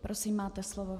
Prosím, máte slovo.